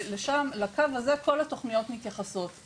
לקו הזה כל התוכניות מתייחסות.